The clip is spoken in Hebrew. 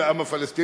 זה העם הפלסטיני,